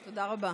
תודה רבה,